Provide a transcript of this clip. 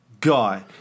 guy